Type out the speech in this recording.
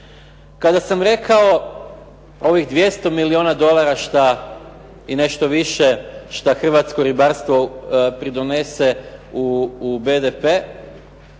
Kada sam rekao ovih 200 milijuna dolara i nešto više što Hrvatsko ribarstvo donese u BDP,